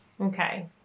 Okay